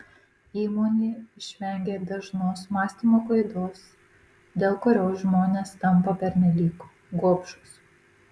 įmonė išvengė dažnos mąstymo klaidos dėl kurios žmonės tampa pernelyg gobšūs